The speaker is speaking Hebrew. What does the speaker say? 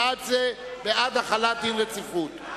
בעד זה בעד החלת דין רציפות.